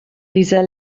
dieser